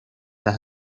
las